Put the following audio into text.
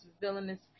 villainous